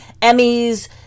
Emmys